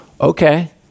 okay